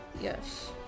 Yes